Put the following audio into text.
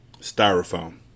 Styrofoam